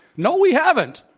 no, we haven't.